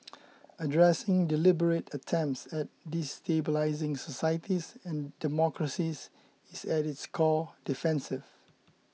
addressing deliberate attempts at destabilising societies and democracies is at its core defensive